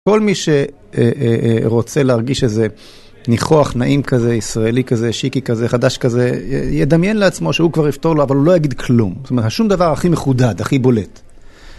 כל מי שרוצה להרגיש איזה ניחוח, נעים כזה, ישראלי כזה, שיקי כזה, חדש כזה, ידמיין לעצמו שהוא כבר יפתור לו, אבל הוא לא יגיד כלום. זאת אומרת, שום דבר הכי מחודד, הכי בולט.